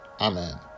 Amen